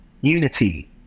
unity